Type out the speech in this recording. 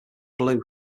blue